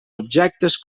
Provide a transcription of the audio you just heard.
objectes